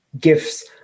gifts